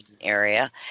area